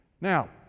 Now